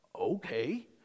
Okay